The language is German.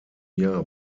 jahr